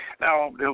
Now